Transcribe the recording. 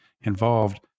involved